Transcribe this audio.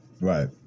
right